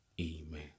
Amen